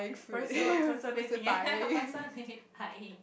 personal personating personifying